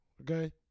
Okay